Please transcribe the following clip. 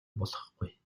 болохгүй